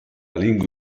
lingua